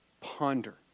ponder